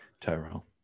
tyrell